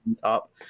top